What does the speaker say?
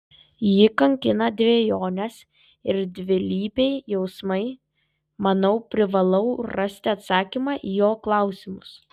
jį kankina dvejonės ir dvilypiai jausmai manau privalau rasti atsakymą į jo klausimus